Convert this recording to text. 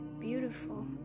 beautiful